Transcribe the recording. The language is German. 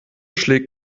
schlägt